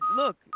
look